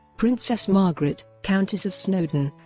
princess margaret, countess of snowdon